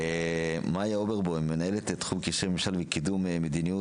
מיה אוברבאום מנהלת תחום קשרי ממשל ומדיניות